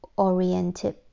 Oriented